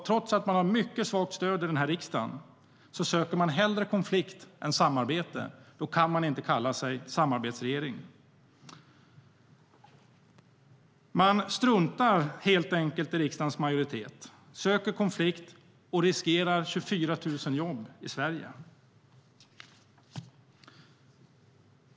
Trots att de har mycket svagt stöd i denna riksdag söker de hellre konflikt än samarbete. Då kan man inte kalla sig samarbetsregering. Regeringen struntar helt enkelt i riksdagens majoritet, söker konflikt och riskerar 24 000 jobb i Sverige.